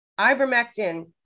Ivermectin